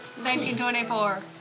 1924